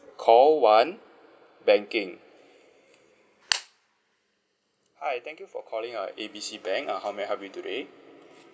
call one banking hi thank you for calling our A B C bank uh how may I help you today